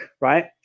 right